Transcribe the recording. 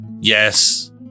Yes